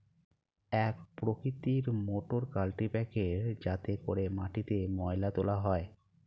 এক প্রকৃতির মোটর কাল্টিপ্যাকের যাতে করে মাটিতে ময়লা তোলা হয়